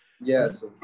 Yes